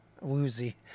woozy